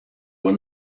were